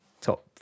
top